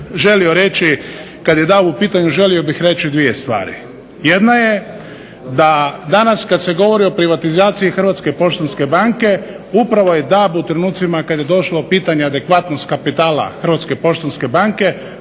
kada je DAB u pitanju želio bih reći dvije stvari. Jedna je da danas kada se govori o privatizaciji Hrvatske poštanske banke upravo je DAB u trenucima kada je došlo u pitanje adekvatnost kapitala Hrvatske poštanske banke